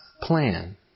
plan